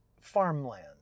farmland